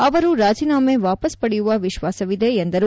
ಅವರು ರಾಜೀನಾಮೆ ವಾಪಸ್ ಪಡೆಯುವ ವಿಶ್ವಾಸವಿದೆ ಎಂದರು